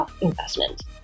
investment